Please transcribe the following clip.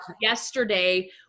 yesterday